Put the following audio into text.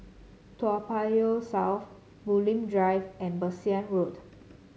Toa Payoh South Bulim Drive and Bassein Road